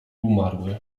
umarły